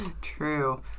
true